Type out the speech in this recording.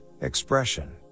expression